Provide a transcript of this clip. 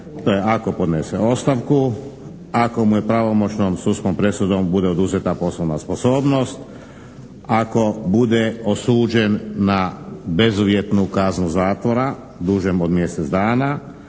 To je ako podnese ostavku, ako mu je pravomoćnom sudskom presudom bude oduzeta poslovna sposobnost, ako bude osuđen na bezuvjetnu kaznu zatvora dužem od mjesec dana,